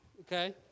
Okay